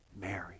Mary